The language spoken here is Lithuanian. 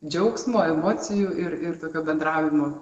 džiaugsmo emocijų ir ir tokio bendravimo